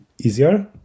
easier